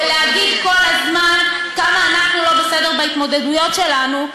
ולהגיד כל הזמן כמה אנחנו לא בסדר בהתמודדויות שלנו,